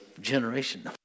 generation